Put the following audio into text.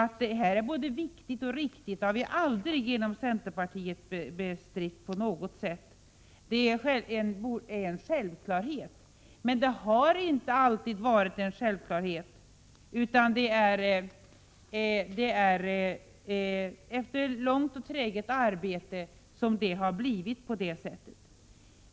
Vi har inom centern aldrig bestridit att detta är riktigt. Det är en självklarhet, men det har inte alltid varit det utan det har det blivit först efter ett långt och träget arbete.